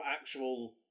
actual